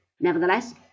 Nevertheless